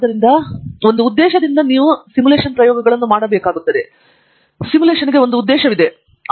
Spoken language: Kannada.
ಆದ್ದರಿಂದ ಸಹ ಒಂದು ಉದ್ದೇಶದಿಂದ ಪ್ರಯೋಗಗಳನ್ನು ಮಾಡಲಾಗುತ್ತದೆ ಸಿಮ್ಯುಲೇಶನ್ಗಳು ಒಂದು ಉದ್ದೇಶದಿಂದ ಮಾಡಲಾಗುತ್ತದೆ